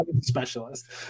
specialist